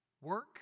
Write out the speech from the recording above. Work